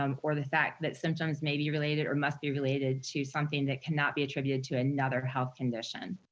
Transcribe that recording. um or the fact that symptoms may be related or must be related to something that cannot be attributed to another health condition.